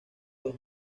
los